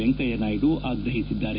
ವೆಂಕಯ್ಯ ನಾಯ್ಲು ಆಗ್ರಹಿಸಿದ್ದಾರೆ